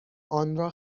آنرا